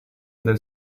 del